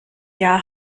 jahr